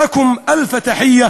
אלפי ברכות